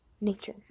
nature